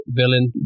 villain